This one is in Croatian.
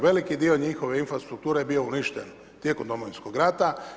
Veliki dio njihove infrastrukture je bio uništen tijekom domovinskog rata.